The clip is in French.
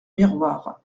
miroir